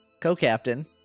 co-captain